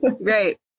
right